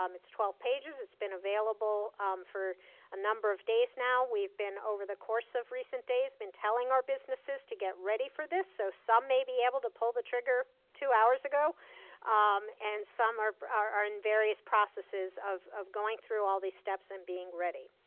um it's twelve pages. it's been available for a number of days now. we've been, over the course of recent days, been telling our businesses to get ready for this, so some may be able to pull the trigger two hours ago um and some are in various processes of of going through all these steps and being ready.